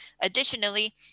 Additionally